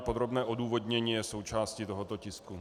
Podrobné odůvodnění je součástí tohoto tisku.